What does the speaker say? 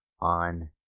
on